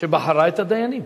שבחרה את הדיינים.